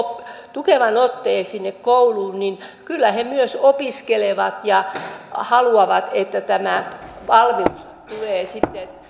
tukevan otteen sinne kouluun niin kyllä he myös opiskelevat ja haluavat että tämä valmius tulee sitten